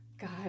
god